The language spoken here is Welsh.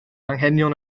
anghenion